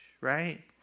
right